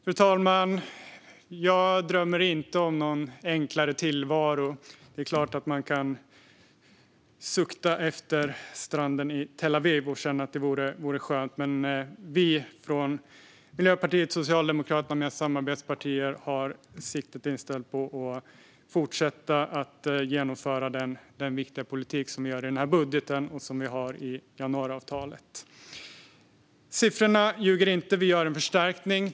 Fru talman! Jag drömmer inte om någon enklare tillvaro. Det är klart att man kan sukta efter stranden i Tel Aviv och känna att det vore skönt. Men vi från Miljöpartiet och Socialdemokraterna med samarbetspartier har siktet inställt på att fortsätta att genomföra den viktiga politik som finns i budgeten och i januariavtalet. Siffrorna ljuger inte - vi gör en förstärkning.